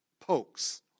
pokes